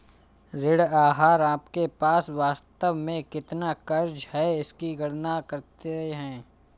ऋण आहार आपके पास वास्तव में कितना क़र्ज़ है इसकी गणना करते है